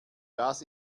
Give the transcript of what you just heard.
das